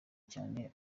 cyane